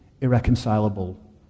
irreconcilable